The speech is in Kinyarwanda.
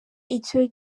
icyo